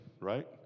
right